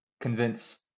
convince